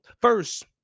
First